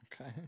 Okay